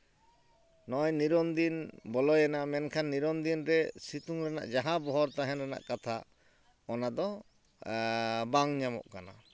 ᱱᱚᱜᱼᱚᱭ ᱱᱤᱨᱚᱱᱫᱤᱱ ᱵᱚᱞᱚᱭᱮᱱᱟ ᱢᱮᱱᱠᱷᱟᱱ ᱱᱤᱨᱚᱱ ᱫᱤᱱ ᱨᱮ ᱥᱤᱛᱩᱝ ᱨᱮᱱᱟᱜ ᱡᱟᱦᱟᱸ ᱵᱚᱦᱚᱨ ᱛᱟᱦᱮᱱ ᱨᱮᱱᱟᱜ ᱠᱟᱛᱷᱟ ᱚᱱᱟ ᱫᱚ ᱵᱟᱝ ᱧᱟᱢᱚᱜ ᱠᱟᱱᱟ